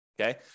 okay